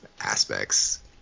aspects